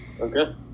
Okay